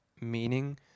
meaning